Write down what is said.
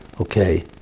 okay